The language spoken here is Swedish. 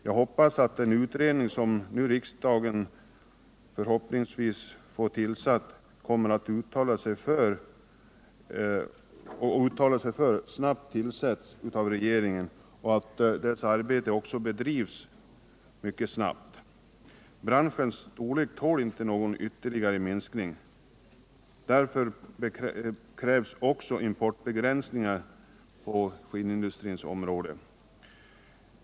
Jag önskar att den utredning, som riksdagen nu förhoppningsvis kommer att uttala sig för, snabbt tillsätts av regeringen och att dess arbete också bedrivs mycket snabbt. Branschens storlek tål inte någon ytterligare minskning. Därför krävs också importbegränsningar på skinnindustrins område.